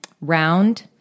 round